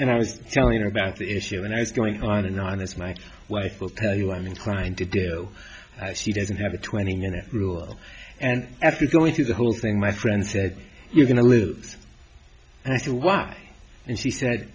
and i was telling her about the issue and i was going on and on as my wife will tell you i'm inclined to do that she doesn't have a twenty minute rule and after going through the whole thing my friend said you're going to live through one and she said